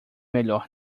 melhor